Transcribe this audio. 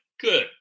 good